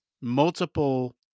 multiple